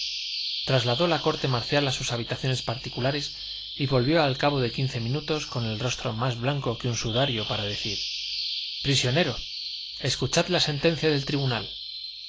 transladó la corte marcial a sus habitaciones particulares y volvió al cabo de quince minutos con el rostro más blanco que un sudario para decir prisionero escuchad la sentencia del tribunal